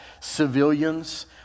civilians